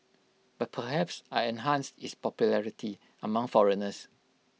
but perhaps I enhanced its popularity among foreigners